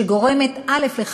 שגורמת, א.